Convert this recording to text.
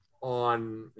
on